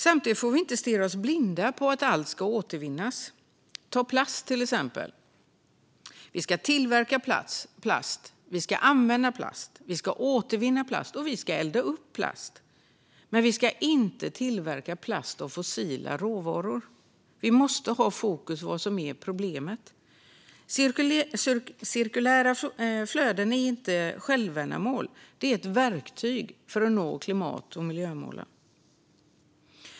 Samtidigt får vi inte stirra oss blinda på att allt ska återvinnas. Ta plast som exempel. Vi ska tillverka plast. Vi ska använda plast, vi ska återvinna plast och vi ska elda upp plast. Men vi ska inte tillverka plast av fossila råvaror. Vi måste ha fokus på vad som är problemet. Cirkulära flöden är inte något självändamål. De är ett verktyg för att nå klimat och miljömålen.